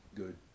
good